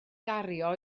gario